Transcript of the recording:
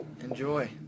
Enjoy